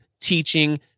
teaching